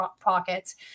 pockets